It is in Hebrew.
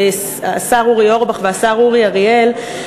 השר אורי אורבך והשר אורי אריאל,